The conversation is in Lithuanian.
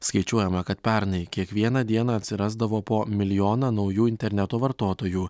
skaičiuojama kad pernai kiekvieną dieną atsirasdavo po milijoną naujų interneto vartotojų